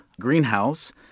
greenhouse